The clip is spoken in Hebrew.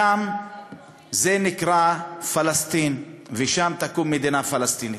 שם זה נקרא פלסטין, ושם תקום מדינה פלסטינית.